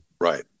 Right